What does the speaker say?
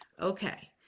okay